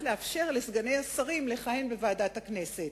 לאפשר לסגני השרים לכהן בוועדת הכנסת.